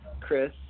Chris